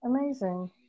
amazing